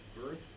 Birth